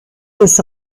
des